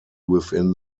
within